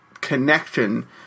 connection